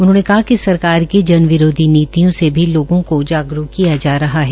उन्होंने कहा कि सरकार की जनविरोधी नीतियां से भी लोगों को जागरूक किया जा रहा है